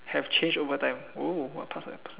have changed over time !ooh!